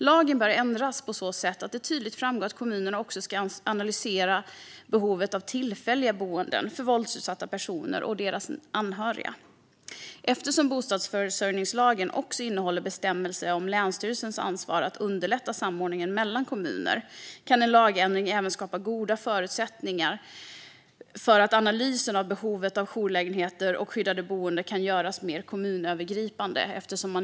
Lagen bör ändras på så sätt att det tydligt framgår att kommunerna också ska analysera behovet av tillfälliga boenden för våldsutsatta personer och deras anhöriga. Eftersom bostadsförsörjningslagen också innehåller bestämmelser om länsstyrelsens ansvar att underlätta samordningen mellan kommuner kan en lagändring även skapa goda förutsättningar för att analysen av behovet av jourlägenheter och skyddade boenden kan göras mer kommunövergripande.